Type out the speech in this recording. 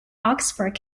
oxford